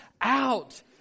out